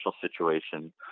situation